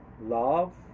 love